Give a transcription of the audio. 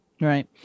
Right